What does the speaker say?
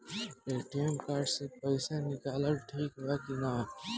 ATM card से पईसा निकालल ठीक बा की ना?